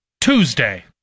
Tuesday